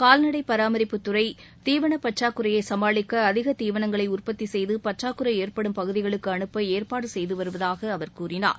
கால்நடை பராமரிப்புத்துறை தீவனப் பற்றாக்குறையை சமாளிக்க அதிக தீவளங்களை உற்பத்தி செய்து பற்றாக்குறை ஏற்படும் பகுதிகளுக்கு அனுப்ப ஏற்பாடு செய்து வருவதாக அவர் கூறினார்